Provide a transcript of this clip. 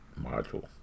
module